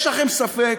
יש לכם ספק?